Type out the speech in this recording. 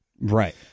right